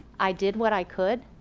i did what i could.